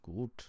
gut